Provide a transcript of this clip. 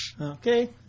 okay